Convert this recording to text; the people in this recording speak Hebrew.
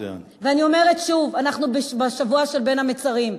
אני אומרת שוב, אנחנו בשבוע של בין המצרים,